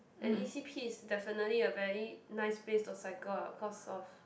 and e_c_p is definitely a very nice place to cycle ah cause of